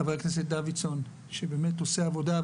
חבר הכנסת דוידסון, שבאמת עושה עבודה.